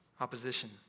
Opposition